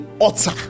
utter